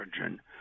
origin